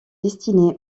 destiné